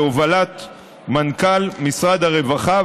בהובלת מנכ"ל משרד הרווחה.